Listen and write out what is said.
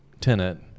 tenant